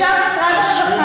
ישב משרד האוצר,